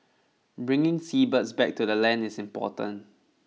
bringing seabirds back to the land is important